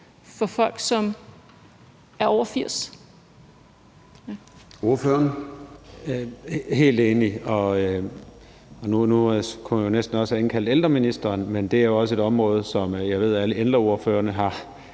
Melson (V): Jeg er helt enig. Nu kunne vi næsten også have indkaldt ældreministeren, men det er jo også et område, som jeg ved alle ældreordførerne har